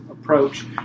approach